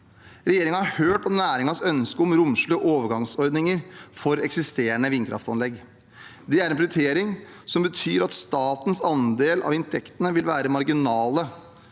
Regjeringen har hørt på næringens ønske om romslige overgangsordninger for eksisterende vindkraftanlegg. Det er en prioritering som betyr at statens andel av inntektene vil være marginale